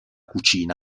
cucina